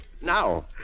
Now